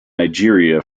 nigeria